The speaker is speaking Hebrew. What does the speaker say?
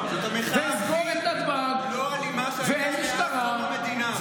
זאת המחאה הכי לא אלימה שהייתה מאז קום המדינה.